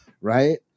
right